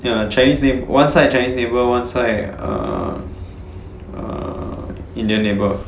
ya chinese neigh~ one side of chinese neighbour one side err err indian neighbour